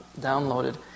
downloaded